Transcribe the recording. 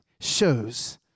shows